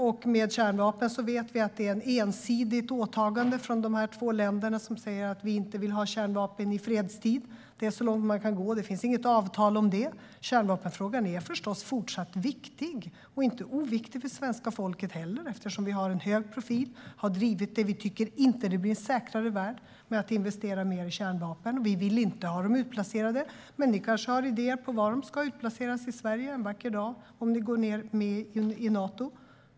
Angående kärnvapen vet vi att det är ett ensidigt åtagande från de här två länderna som säger att vi inte vill ha kärnvapen i fredstid. Det är så långt man kan gå. Det finns inget avtal om det. Kärnvapenfrågan är förstås fortsatt viktig, och inte oviktig för svenska folket heller, eftersom vi har en hög profil och har drivit frågan. Vi tycker inte att det blir en säkrare värld om man investerar mer i kärnvapen. Vi vill inte ha dem utplacerade. Men ni kanske har idéer om var de ska utplaceras i Sverige en vacker dag om ni går med i Nato.